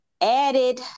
added